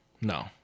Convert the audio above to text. No